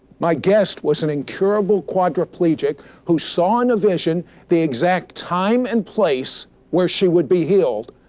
my guest was an incurable quadriplegic who saw in a vision the exact time and place where she would be healed.